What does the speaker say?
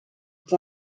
have